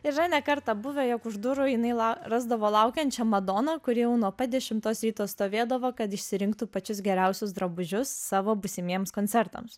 ir ne kartą buvę jog už durų jinai rasdavo laukiančią madoną kuri jau nuo pat dešimtos ryto stovėdavo kad išsirinktų pačius geriausius drabužius savo būsimiems koncertams